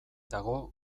dago